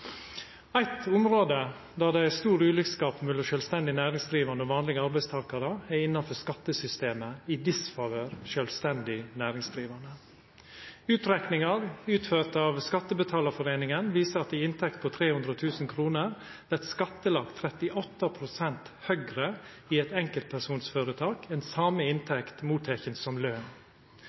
område der det er stor ulikskap mellom sjølvstendig næringsdrivande og vanlege arbeidstakarar, er innanfor skattesystemet, i disfavør av sjølvstendig næringsdrivande. Utrekningar utførte av Skattebetalerforeningen viser at ei inntekt på 300 000 kr vert skattlagd 38 pst. høgare i eit enkelpersonføretak enn same inntekt motteken som løn.